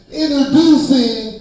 introducing